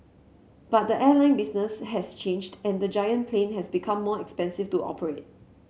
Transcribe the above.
but the airline business has changed and the giant plane has become more expensive to operate